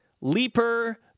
leaper